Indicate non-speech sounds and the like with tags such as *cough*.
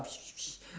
*noise*